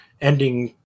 ending